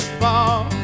fall